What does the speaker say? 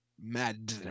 MAD